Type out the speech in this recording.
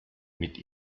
mit